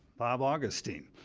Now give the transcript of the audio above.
bob augustine.